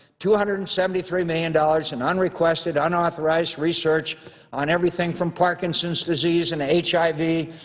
two hundred and seventy three million dollars in unrequested, unauthorized research on everything from parkinson's disease and h i v.